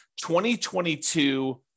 2022